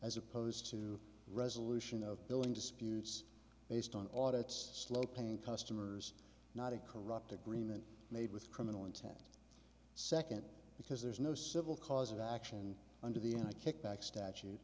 as opposed to resolution of billing disputes based on audits slow paying customers not a corrupt agreement made with criminal intent second because there's no civil cause of action under the n i kickback statute